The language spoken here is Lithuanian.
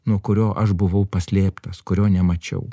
nuo kurio aš buvau paslėptas kurio nemačiau